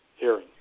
hearing